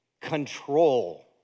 control